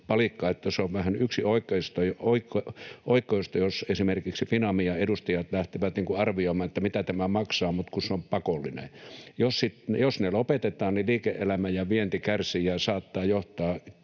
Se on vähän yksioikoista, jos esimerkiksi Finavian edustajat lähtevät arvioimaan, mitä tämä maksaa, kun se on pakollinen. Jos ne lopetetaan, liike-elämä ja vienti kärsivät ja se saattaa johtaa